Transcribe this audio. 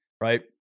Right